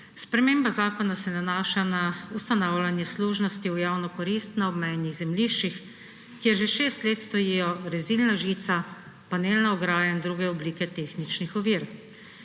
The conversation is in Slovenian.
Sprememba zakona se nanaša na ustanavljanje služnosti v javno korist na obmejnih zemljiščih, kjer že 6 let stojijo rezilna žica, panelna ograja in druge oblike tehničnih ovir.